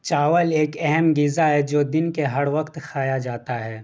چاول ایک اہم غذا ہے جو دن کے ہر وقت کھایا جاتا ہے